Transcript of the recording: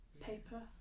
Paper